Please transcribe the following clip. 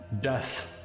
death